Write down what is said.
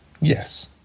Yes